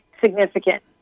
significant